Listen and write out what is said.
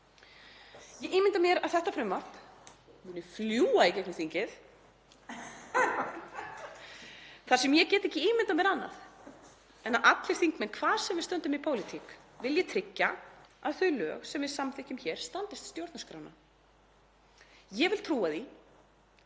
Ég ímynda mér að þetta frumvarp muni fljúga í gegnum þingið [Hlátur í þingsal.] þar sem ég get ekki ímyndað mér annað en að allir þingmenn, hvar sem við stöndum í pólitík, vilji tryggja að þau lög sem við samþykkjum hér standist stjórnarskrána. Ég vil trúa því